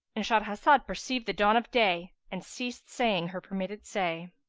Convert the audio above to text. and shahrazad perceived the dawn of day and ceased saying her permitted say.